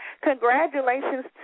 congratulations